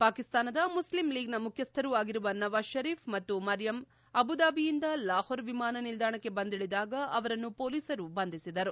ಪಾಕಿಸ್ತಾನದ ಮುಸ್ಲಿಂ ಲೀಗ್ನ ಮುಖ್ಯಸ್ಥರೂ ಆಗಿರುವ ನವಾಜ್ ಶರೀಫ್ ಮತ್ತು ಮರ್ಯಮ್ ಅಬುದಾಬಿಯಿಂದ ಲಾಹೋರ್ ವಿಮಾನ ನಿಲ್ದಾಣಕ್ಕೆ ಬಂದಿಳಿದಾಗ ಅವರನ್ನು ಪೊಲೀಸರು ಬಂಧಿಸಿದರು